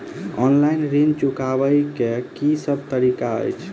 Online ऋण चुकाबै केँ की सब तरीका अछि?